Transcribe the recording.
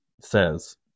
says